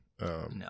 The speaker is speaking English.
No